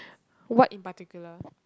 what in particular